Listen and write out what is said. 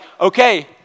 okay